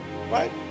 right